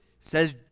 says